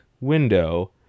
window